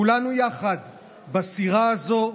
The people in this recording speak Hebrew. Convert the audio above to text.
כולנו יחד בסירה הזאת,